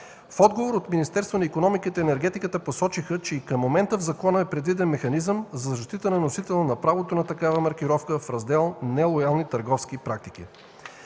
В отговор от Министерство на икономиката и енергетиката посочиха, че и към момента в закона е предвиден механизъм за защита на носителя на правото на такава маркировка в раздел „Нелоялни търговски практики“.